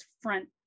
front